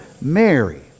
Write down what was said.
Mary